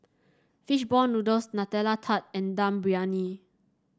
fish ball noodles Nutella Tart and Dum Briyani